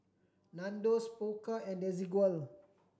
Nandos Pokka and Desigual